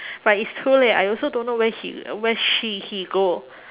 but it's too late I also don't know where he where she he go